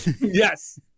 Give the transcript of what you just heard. Yes